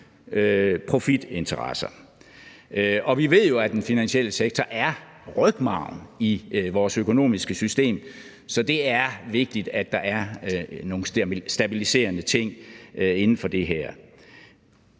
profitinteresser. Og vi ved jo, at den finansielle sektor er rygmarven i vores økonomiske system, så det er vigtigt, at der er nogle stabiliserende ting inden for det her.